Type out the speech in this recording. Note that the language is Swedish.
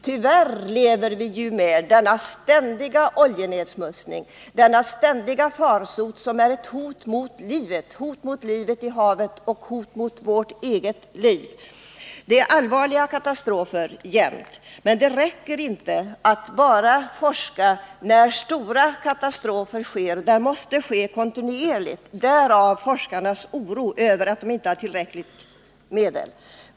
Tyvärr lever vi med denna ständiga oljenedsmutsning, denna ständiga farsot som är ett hot mot livet, ett hot mot livet i havet och ett hot mot vårt eget liv. Det är allvarliga katastrofer jämt. Men det räcker inte med att forska enbart när stora katastrofer inträffar. Det måste ske kontinuerligt — därav forskarnas oro över att de inte har tillräckliga medel.